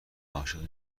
عاشق